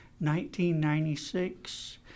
1996